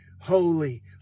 holy